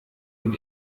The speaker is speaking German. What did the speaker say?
dem